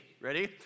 Ready